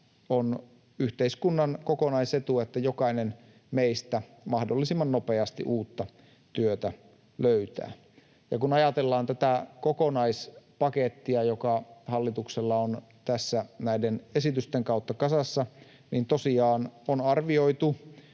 On yhteiskunnan kokonaisetu, että jokainen meistä mahdollisimman nopeasti uutta työtä löytää. Kun ajatellaan tätä kokonaispakettia, joka hallituksella on tässä näiden esitysten kautta kasassa, niin tosiaan on arvioitu,